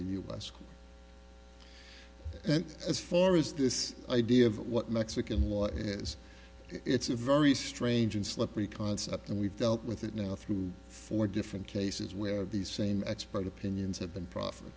us and as far as this idea of what mexican law is it's a very strange and slippery concept and we've dealt with it now through four different cases where these same expert opinions have been prof